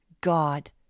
God